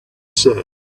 said